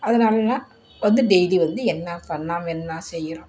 அதனால நான் வந்து டெய்லி வந்து என்ன பண்ணிணோம் என்ன செய்கிறோம்